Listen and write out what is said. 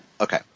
Okay